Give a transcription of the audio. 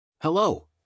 Hello